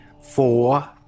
four